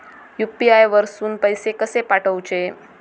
UPI वरसून पैसे कसे पाठवचे?